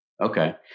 Okay